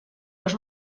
los